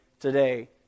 today